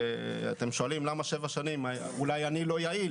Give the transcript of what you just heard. אתם שואלים למה שבע שנים, אולי אני לא יעיל